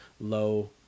low